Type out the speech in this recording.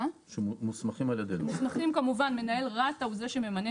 שמוסכמים כמובן מנהל רת"א הוא זה שממנה